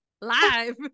live